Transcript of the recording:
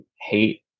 hate